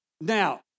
Now